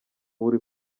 buri